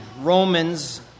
Romans